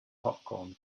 popcorn